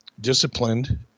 disciplined